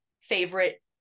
favorite